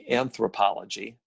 anthropology